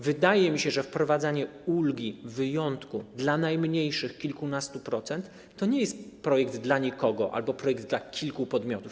Wydaje mi się, że wprowadzanie ulgi, wyjątku dla najmniejszych kilkunastu procent to nie jest projekt dla nikogo albo projekt dla kilku podmiotów.